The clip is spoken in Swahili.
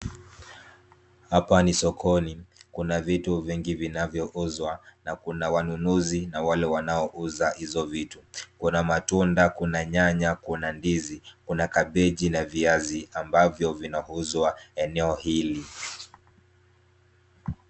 Hapa ni sokoni. Kuna vitu vingi vinavyouzwa na kuna wanunuzi na wale wanaouza hizo vitu. Kuna matunda, kuna nyanya, kuna ndizi, kuna kabeji na viazi ambavyo vinauzwa eneo hili.